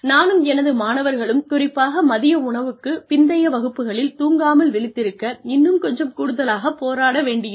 நானும் எனது மாணவர்களும் குறிப்பாக மதிய உணவுக்குப் பிந்தைய வகுப்புகளில் தூங்காமல் விழித்திருக்க இன்னும் கொஞ்சம் கூடுதலாக போராட வேண்டி இருக்கும்